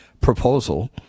proposal